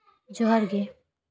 ᱡᱚᱦᱟᱨ ᱜᱮ